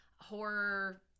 horror